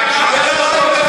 מה קרה עד